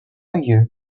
you